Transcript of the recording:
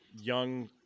young